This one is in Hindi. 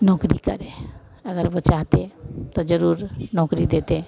नौकरी करे अगर वो चाहते तो जरूर नौकरी देते